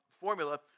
formula